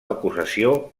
acusació